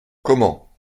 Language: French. comment